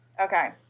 Okay